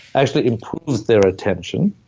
actually improves their attention.